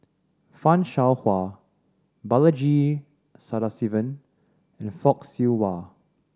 Fan Shao Hua Balaji Sadasivan and Fock Siew Wah